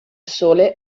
sole